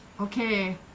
Okay